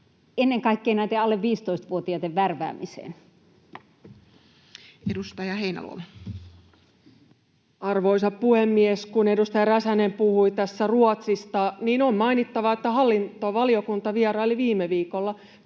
talousarvioksi vuodelle 2024 Time: 13:21 Content: Arvoisa puhemies! Kun edustaja Räsänen puhui tässä Ruotsista, niin on mainittava, että hallintovaliokunta vieraili viime viikolla